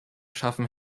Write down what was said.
schaffen